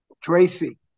Tracy